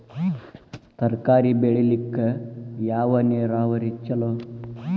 ತರಕಾರಿ ಬೆಳಿಲಿಕ್ಕ ಯಾವ ನೇರಾವರಿ ಛಲೋ?